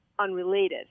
unrelated